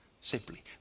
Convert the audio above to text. Simply